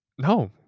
No